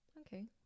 Okay